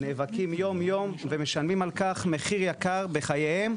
נאבקים יום יום ומשלמים על כך מחיר יקר בחייהם,